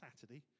Saturday